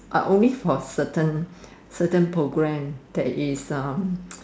I only for certain certain program that is a